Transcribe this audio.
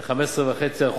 ל-15.5%,